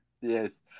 Yes